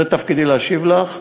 זה תפקידי להשיב לך,